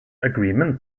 agreement